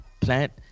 Plant